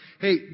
Hey